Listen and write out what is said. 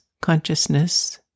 consciousness